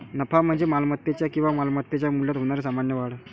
नफा म्हणजे मालमत्तेच्या किंवा मालमत्तेच्या मूल्यात होणारी सामान्य वाढ